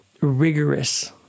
rigorous